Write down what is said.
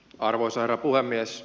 arvoisa herra puhemies